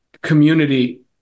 community